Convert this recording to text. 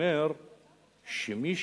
אומר שמי